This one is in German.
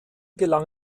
gelang